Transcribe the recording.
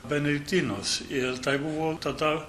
benediktinus ir tai buvo tada